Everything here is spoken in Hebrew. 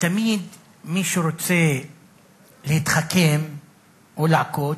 ותמיד מי שרוצה להתחכם או לעקוץ,